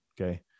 Okay